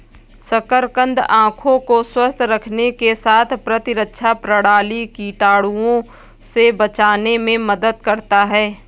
शकरकंद आंखों को स्वस्थ रखने के साथ प्रतिरक्षा प्रणाली, कीटाणुओं से बचाने में मदद करता है